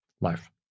life